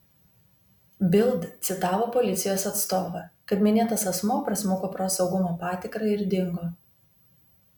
bild citavo policijos atstovą kad minėtas asmuo prasmuko pro saugumo patikrą ir dingo